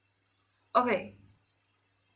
okay